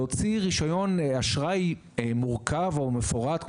להוציא רישיון אשראי מורכב או מפורט,